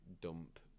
dump